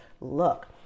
look